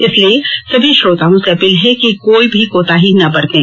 इसलिए सभी श्रोताओं से अपील है कि कोई भी कोताही ना बरतें